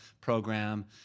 program